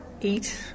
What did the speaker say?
eat